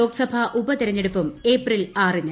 ലോക്സഭാ ഉപതിരഞ്ഞെടുപ്പും ഏപ്രിൽ ആറിന്